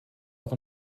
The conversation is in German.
auch